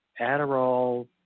Adderall